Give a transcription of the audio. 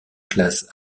classe